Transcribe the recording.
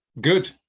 good